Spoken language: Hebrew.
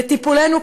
לטיפולנו,